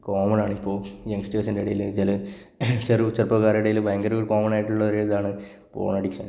common ആണിപ്പോൾ യങ്സ്റ്റേര്സിന്റെ ഇടയിൽ ചില ചെറു ചെറുപ്പക്കാരുടെ ഇടയിൽ ഭയങ്കര ഒരു കോമണായിട്ടുള്ള ഒരിതാണ് പോണ് അഡിക്ഷന്